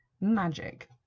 magic